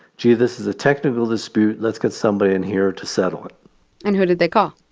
gee, this is a technical dispute. let's get somebody in here to settle it and who did they call?